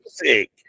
music